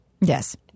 Yes